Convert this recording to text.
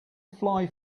fly